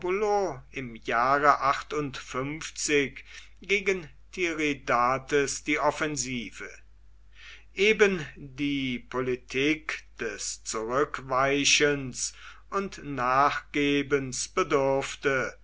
im jahre gegen tiridates die offensive eben die politik des zurückweichens und nachgehens bedurfte